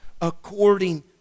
according